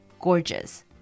gorgeous